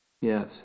Yes